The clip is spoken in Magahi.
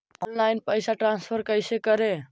ऑनलाइन पैसा ट्रांसफर कैसे करे?